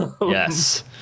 Yes